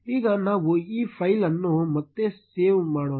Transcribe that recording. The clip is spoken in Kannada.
ಈಗ ನಾವು ಈ ಫೈಲ್ ಅನ್ನು ಮತ್ತೆ ಸೇವ್ ಮಾಡೋಣ